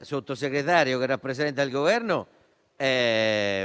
Sottosegretario che rappresenta il Governo - va